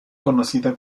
conocida